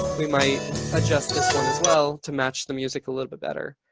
we might adjust this one as well to match the music a little bit better,